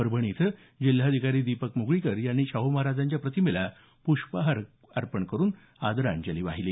परभणी इथं जिल्हाधिकारी दीपक म्गळीकर यांनी शाहू महाराजांच्या प्रतिमेला प्ष्पहार अर्पण करुन आदरांजली वाहिली